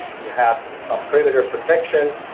we have some perimeter protection.